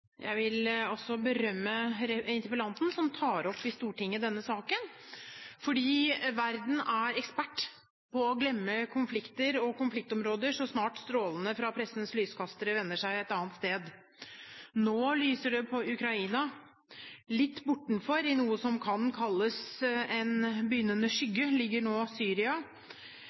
fra pressens lyskastere vender seg et annet sted. Nå lyser det på Ukraina, litt bortenfor – i noe som kan kalles en begynnende skygge – ligger nå Syria,